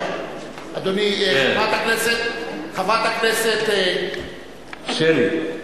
חברת הכנסת, שלי,